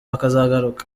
bakazagaruka